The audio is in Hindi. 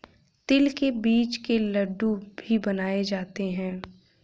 तिल के बीज के लड्डू भी बनाए जाते हैं